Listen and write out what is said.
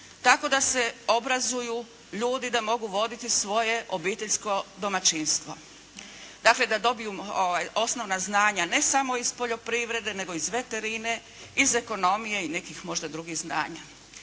Tako da se obrazuju ljudi da mogu voditi svoje obiteljsko domaćinstvo. Dakle da dobiju osnovna znanja ne samo iz poljoprivrede, iz veterine, iz ekonomije i možda nekih drugih znanja.